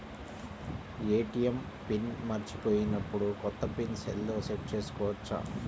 ATM pin మరచిపోయినప్పుడు, కొత్త pin సెల్లో సెట్ చేసుకోవచ్చా?